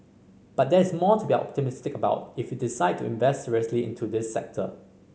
but there is more to be optimistic about if we decide to invest seriously into this sector